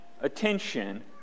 attention